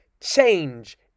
change